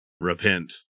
repent